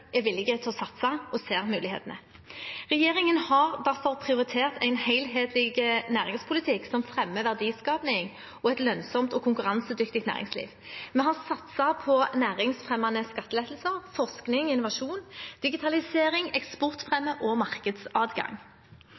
er villige til å satse og ser mulighetene. Regjeringen har derfor prioritert en helhetlig næringspolitikk som fremmer verdiskaping og et lønnsomt og konkurransedyktig næringsliv. Vi har satset på næringsfremmende skattelettelser, forskning og innovasjon, digitalisering, eksportfremme og markedsadgang.